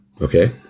Okay